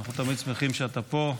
אנחנו תמיד שמחים שאתה פה.